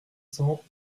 cents